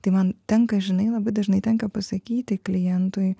tai man tenka žinai labai dažnai tenka pasakyti klientui